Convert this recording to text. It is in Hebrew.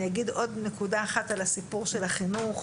אני אגיד עוד נקודה אחת על הסיפור של החינוך.